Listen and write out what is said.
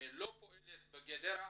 לא פועלת בגדרה,